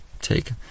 take